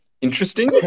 interesting